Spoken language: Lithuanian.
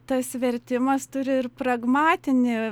tas vertimas turi ir pragmatinį